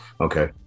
okay